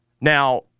Now